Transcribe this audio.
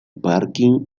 parking